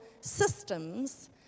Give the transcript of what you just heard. systems